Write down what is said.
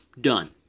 Done